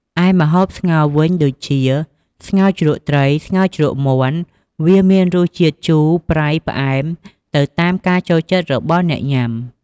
ឯម្ហូបស្ងោរវិញដូចជា ស្ងោរជ្រក់ត្រី ស្ងោរជ្រក់មាន់ វាមានរសជាតិ ជូរ ប្រៃ ផ្អែម ទៅតាមការចូលចិត្តរបស់អ្នកញ៉ាំ។